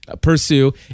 pursue